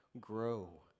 grow